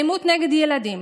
אלימות נגד ילדים,